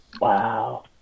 Wow